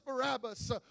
Barabbas